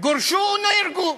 גורשו או נהרגו.